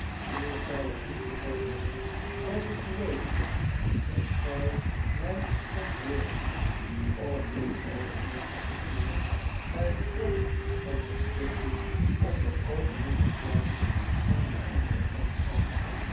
ik zou het niet gezegd hebben als ik geweten had dat gij mij kondt hoorer op dit oogenblik kwam smike bij het slot van het stukje onder algemeen applaus aan den anderen kant af